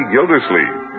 Gildersleeve